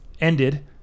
Ended